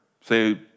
say